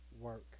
work